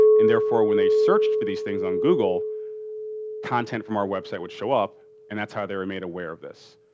and therefore when they searched for these things on google content from our website would show up and that's how they were made aware of this.